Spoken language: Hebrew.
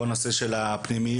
כל נושא של הפנימיות.